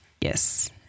yes